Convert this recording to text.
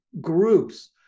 groups